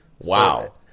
Wow